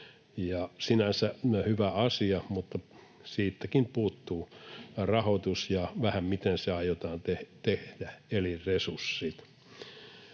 Sinänsä hyvä asia, mutta siitäkin puuttuu rahoitus ja vähän miten se aiotaan tehdä, eli resurssit.